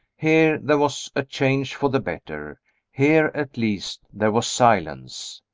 here there was a change for the better here, at least, there was silence.